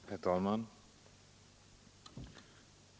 Herr talman!